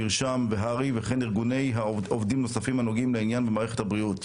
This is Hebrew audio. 'מרשם' והר"י וכן ארגוני עובדים נוספים הנוגעים לעניין במערכת הבריאות.